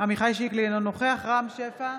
עמיחי שיקלי, אינו נוכח רם שפע,